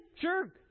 sure